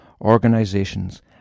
organizations